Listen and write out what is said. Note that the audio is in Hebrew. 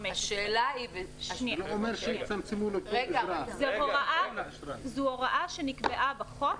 2015. זו הוראה שנקבעה בחוק,